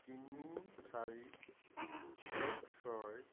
তিনি চাৰি এক ছয়